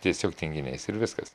tiesiog tinginiais ir viskas